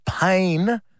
pain